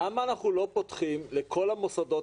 למה אנחנו לא פותחים לכל המוסדות